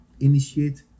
Initiate